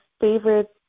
favorite